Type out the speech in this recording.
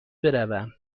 بروم